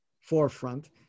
forefront